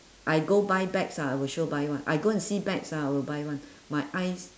I go buy bags ah I will sure buy [one] I go and see bags ah I will buy [one] my eyes